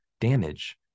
damage